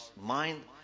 mind